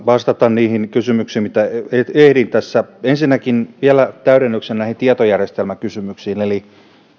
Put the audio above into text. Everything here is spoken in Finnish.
vastata niihin kysymyksiin mihin tässä ehtii ensinnäkin vielä täydennyksenä näihin tietojärjestelmäkysymyksiin